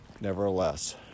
nevertheless